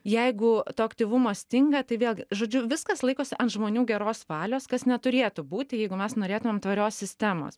jeigu to aktyvumo stinga tai vėlgi žodžiu viskas laikosi ant žmonių geros valios kas neturėtų būti jeigu mes norėtumėm tvarios sistemos